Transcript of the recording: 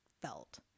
felt